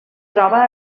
troba